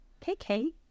KK